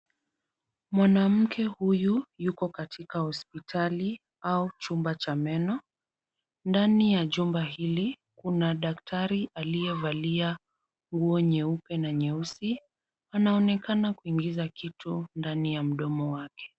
Mwanamke huyu yuko katika hospitali au chumba cha meno. Ndani ya jumba hili kuna daktari aliyevalia nguo nyeupe na nyeusi. Anaonekana kuingiza kitu ndani ya mdomo wake.